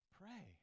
pray